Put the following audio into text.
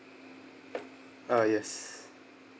ah yes